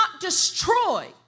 destroy